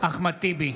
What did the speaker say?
אחמד טיבי,